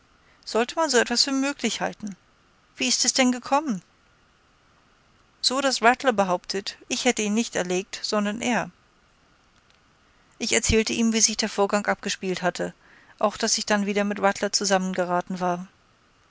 sollte man so etwas für möglich halten wie ist es denn gekommen so daß rattler behauptet ich hätte ihn nicht erlegt sondern er ich erzählte ihm wie sich der vorgang abgespielt hatte auch daß ich dann wieder mit rattler zusammengeraten war